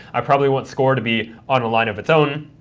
i probably want score to be on a line of its own.